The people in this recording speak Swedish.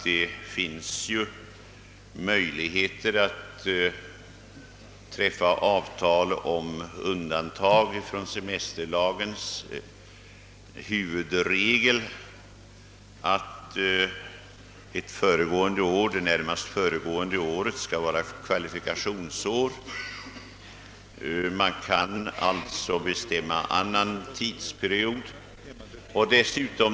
Det finns möjligheter att träffa avtal om undantag från semesterlagens huvudregel, att det närmast föregående året skall vara kvalifikationsår för semester. Man kan allt så komma överens om annan tidsperiod.